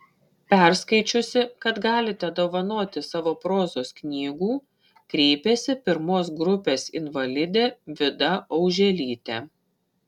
perskaičiusi kad galite dovanoti savo prozos knygų kreipėsi pirmos grupės invalidė vida auželytė